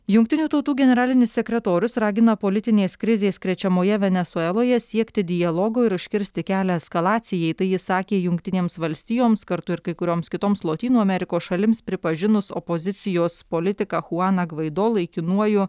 jungtinių tautų generalinis sekretorius ragina politinės krizės krečiamoje venesueloje siekti dialogo ir užkirsti kelią eskalacijai tai jis sakė jungtinėms valstijoms kartu ir kai kurioms kitoms lotynų amerikos šalims pripažinus opozicijos politiką chuaną gvaido laikinuoju